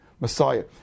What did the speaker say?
Messiah